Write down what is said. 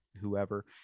whoever